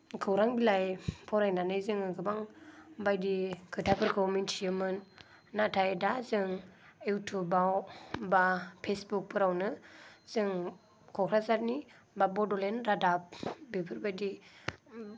खौरां बिलाइ फरायनानै जोङो गोबां बायदि खोथाफोरखौ मिन्थियोमोन नाथाय दा जों इउटुबआव बा फेसबुकफोरावनो जों क'क्राझारनि बा बडलेण्ड रादाब बेफोराबायदिनो